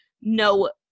no –